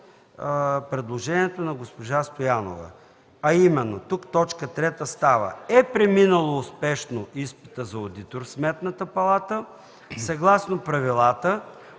предложението на госпожа Стоянова, а именно: „3. е преминало успешно изпита за одитор в Сметната палата съгласно правилата,